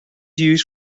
used